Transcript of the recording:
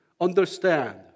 understand